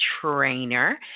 trainer